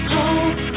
Hold